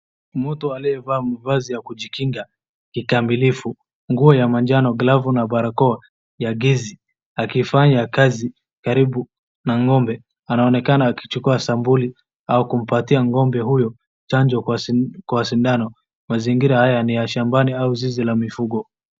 Mtu aliyevaa mavazi ya kujikinga kikamilifu , nguo ya majano , glavu na barakoa ya gezi akifanya kazi karibu na ngombe. Anaonekana akichukua sampuli au kumpatia ngombe huyo chanjo kwa si kwa sindano mazingira haya ni ya shambani au zizi la mifugo .